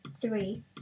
three